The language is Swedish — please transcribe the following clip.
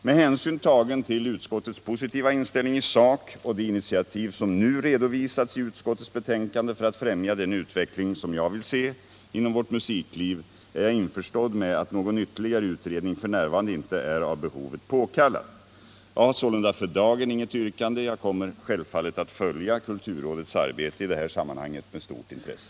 Med hänsyn tagen till utskottets positiva inställning i sak och de initiativ som nu redovisats i utskottets betänkande för att främja den utveckling som jag vill se inom vårt musikliv är jag införstådd med att någon ytterligare utredning f.n. inte är av behovet påkallad. Jag har sålunda för dagen inget yrkande. Jag kommer självfallet att följa kulturrådets arbete i detta sammanhang med stort intresse.